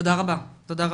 תודה רבה.